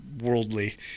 worldly